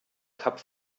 kap